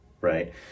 Right